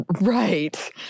Right